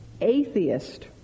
atheist